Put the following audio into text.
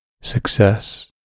Success